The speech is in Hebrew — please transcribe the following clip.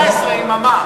M-18. איך?